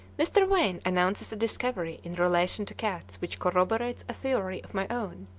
mr. wain announces a discovery in relation to cats which corroborates a theory of my own,